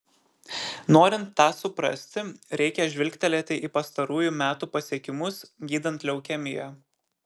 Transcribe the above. norint tą suprasti reikia žvilgtelėti į pastarųjų metų pasiekimus gydant leukemiją